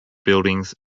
buildings